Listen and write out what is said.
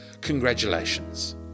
Congratulations